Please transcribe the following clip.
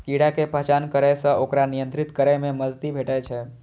कीड़ा के पहचान करै सं ओकरा नियंत्रित करै मे मदति भेटै छै